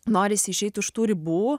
norisi išeiti už tų ribų